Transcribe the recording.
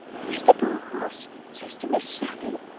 mr brass says to miss sally,